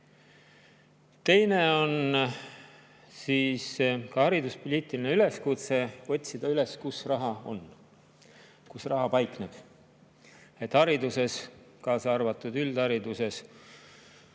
Teine on hariduspoliitiline üleskutse otsida üles, kus raha on, kus raha paikneb. Hariduses, kaasa arvatud üldhariduses